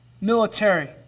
military